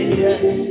yes